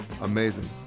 Amazing